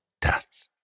death